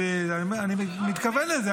אני מתכוון לזה,